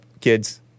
kids